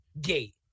gate